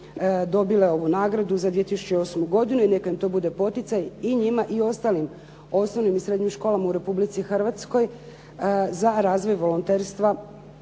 dobile ovu nagradu za 2008. godinu i neka im to bude poticaj i njima i ostalim osnovnim i srednjim školama u Republici Hrvatskoj za razvoj volonterstva